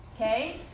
okay